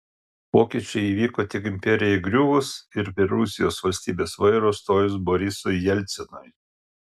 pokyčiai įvyko tik imperijai griuvus ir prie rusijos valstybės vairo stojus borisui jelcinui